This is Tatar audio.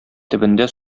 төбендә